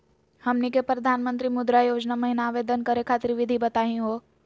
हमनी के प्रधानमंत्री मुद्रा योजना महिना आवेदन करे खातीर विधि बताही हो?